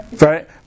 Right